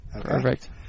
Perfect